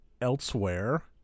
elsewhere